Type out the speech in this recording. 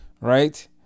right